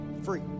free